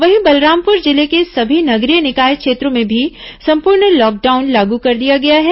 वहीं बलरामपुर जिले के सभी नगरीय निकाय क्षेत्रों में भी संपूर्ण लॉकडाउन लागू कर दिया गया है